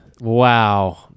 Wow